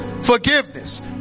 forgiveness